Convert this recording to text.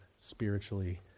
spiritually